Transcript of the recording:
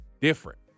different